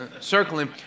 circling